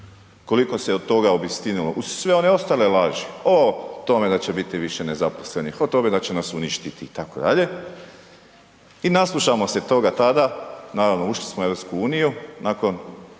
Koliko se od toga obistinilo uz sve one ostale laži o tome da će biti više nezaposlenih, o tome da će nas uništiti itd.. I naslušamo se toga tada, naravno ušli smo u EU, nakon